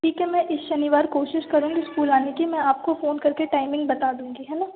ठीक है मैं इस शनिवार कोशिश करूँगी इस्कूल आने की मैं आपके फ़ोन करके टाइमिंग बता दूँगी है ना